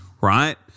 right